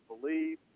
believe